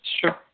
Sure